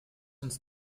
uns